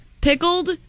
Pickled